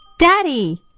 Daddy